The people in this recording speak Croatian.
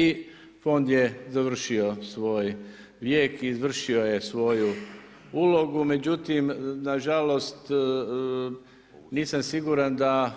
I fond je završio svoj vijek, izvršio je svoju ulogu međutim nažalost nisam siguran da